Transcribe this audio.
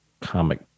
comic